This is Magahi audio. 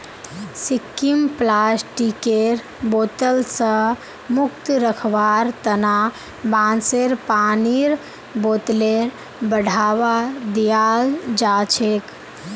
सिक्किमत प्लास्टिकेर बोतल स मुक्त रखवार तना बांसेर पानीर बोतलेर बढ़ावा दियाल जाछेक